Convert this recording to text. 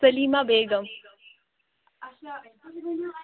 Salima Begum